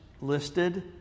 listed